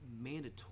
mandatory